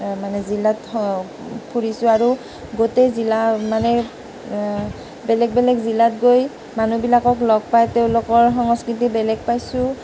মানে জিলাত ফুৰিছোঁ আৰু গোটেই জিলা মানে বেলেগ বেলেগ জিলাত গৈ মানুহবিলাকক লগ পাই তেওঁলোকৰ সংস্কৃতি বেলেগ পাইছোঁ